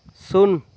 ᱥᱩᱱ